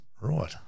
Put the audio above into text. Right